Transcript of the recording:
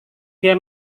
dia